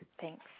Thanks